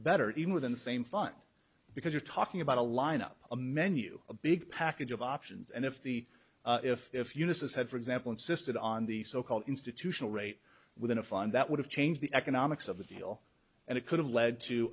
better even within the same fund because you're talking about a line up a i knew a big package of options and if the if if unisys had for example insisted on the so called institutional rate within a fund that would have changed the economics of the deal and it could have led to